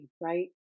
right